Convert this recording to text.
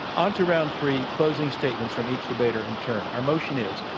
on to round three, closing statements from each debater in turn. our motion is,